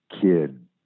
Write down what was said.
kid